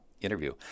interview